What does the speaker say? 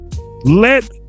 Let